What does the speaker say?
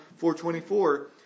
4.24